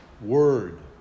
word